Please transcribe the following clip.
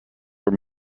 were